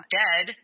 dead